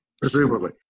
presumably